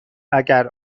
اگر